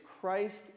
Christ